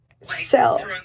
sell